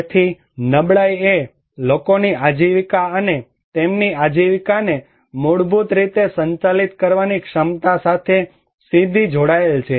તેથી નબળાઇ એ લોકોની આજીવિકા અને તેમની આજીવિકાને મૂળભૂત રીતે સંચાલિત કરવાની ક્ષમતા સાથે સીધી જોડાયેલ છે